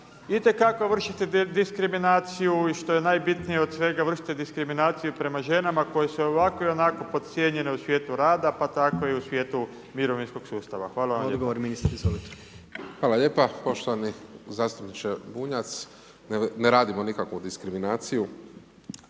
da itekako vršite diskriminaciju i što je najbitnije od svega, vršite diskriminaciju prema ženama koje su i ovako i onako podcijenjene u svijetu rada, pa tako i u svijetu mirovinskog sustava. Hvala vam lijepa. **Jandroković, Gordan (HDZ)** Odgovor, ministre izvolite. **Pavić, Marko (HDZ)** Hvala lijepa. Poštovani zastupniče Bunjac, ne radimo nikakvu diskriminaciju.